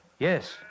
Yes